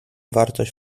wartość